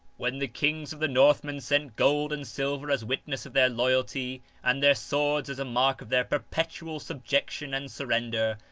when the kings of the northmen sent gold and silver as witness of their loyalty and their swords as a mark of their perpetual subjection and surrender,